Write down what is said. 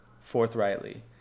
forthrightly